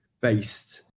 based